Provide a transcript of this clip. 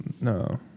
no